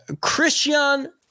Christian